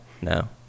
No